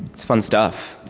it's fun stuff.